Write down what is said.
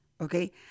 Okay